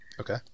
Okay